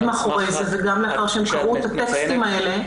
מאחורי זה וגם לאחר שהם קראו את הטקסטים האלה,